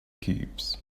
cubes